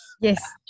Yes